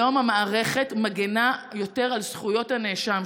היום המערכת מגינה יותר על זכויות הנאשם,